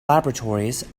laboratories